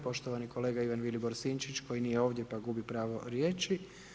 Poštovani kolega Ivan Vilibor Sinčić koji nije ovdje pa gubi pravo riječi.